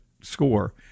score